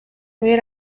روی